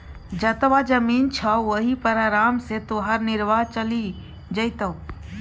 जतबा जमीन छौ ओहि पर आराम सँ तोहर निर्वाह चलि जेतौ